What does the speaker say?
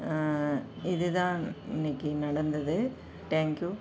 இது தான் இன்றைக்கி நடந்தது தேங்க்யூ